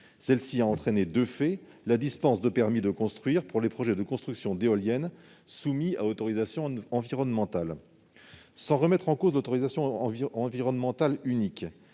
Cela a entraîné de fait la dispense de permis de construire pour les projets de construction d'éoliennes soumis à autorisation environnementale. Sans remettre en cause l'autorisation environnementale unique,